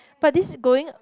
but this is going